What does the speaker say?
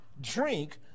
drink